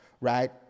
right